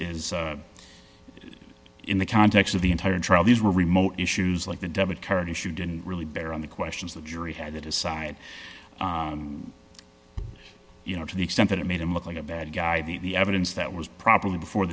is in the context of the entire trial these were remote issues like the debit card issued in really bear on the questions the jury had to decide you know to the extent that it made him look like a bad guy that the evidence that was properly before